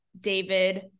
David